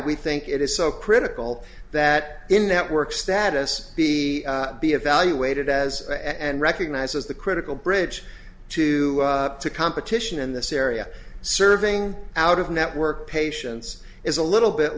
we think it is so critical that in network status be be evaluated as and recognize as the critical bridge to the competition in this area serving out of network patients is a little bit